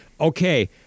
Okay